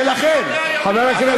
חיזקתם את ה"חמאס".